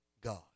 God